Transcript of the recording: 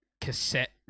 cassette